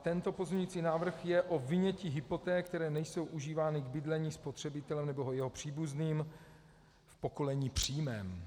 Tento pozměňující návrh je o vynětí hypoték, které nejsou užívány k bydlení spotřebitelem nebo jeho příbuzným v pokolení přímém.